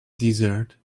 desert